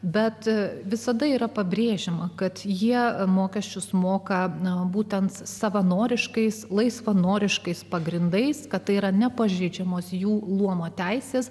bet visada yra pabrėžiama kad jie mokesčius moka būtent savanoriškais laisvanoriškais pagrindais kad tai yra nepažeidžiamos jų luomo teisės